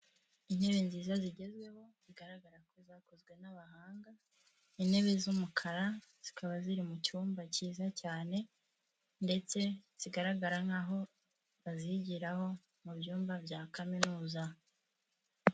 Intebe nziza zigezweho zigaragara ko zakozwe n'abahanga, intebe z'umukara zikaba ziri mu cyumba cyiza cyane ndetse zigaragara nkaho bazigiraho mu byumba bya kaminuza.